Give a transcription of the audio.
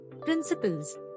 Principles